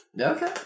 Okay